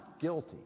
guilty